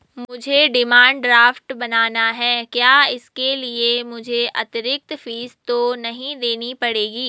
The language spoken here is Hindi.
मुझे डिमांड ड्राफ्ट बनाना है क्या इसके लिए मुझे अतिरिक्त फीस तो नहीं देनी पड़ेगी?